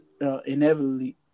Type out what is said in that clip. inevitably